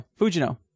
fujino